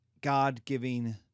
God-giving